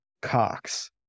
Cox